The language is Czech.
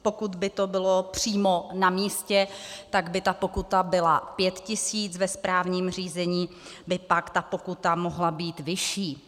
Pokud by to bylo přímo na místě, tak by ta pokuta byla 5 tisíc, ve správním řízení by pak ta pokuta mohla být vyšší.